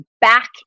back